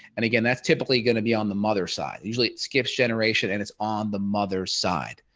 and again that's typically going to be on the mother's side. usually skips generation and it's on the mother's side.